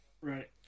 Right